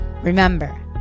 Remember